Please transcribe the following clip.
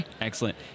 Excellent